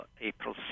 April